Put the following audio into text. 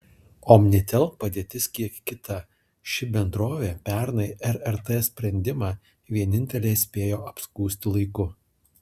omnitel padėtis kiek kita ši bendrovė pernai rrt sprendimą vienintelė spėjo apskųsti laiku